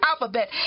alphabet